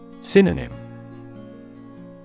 Synonym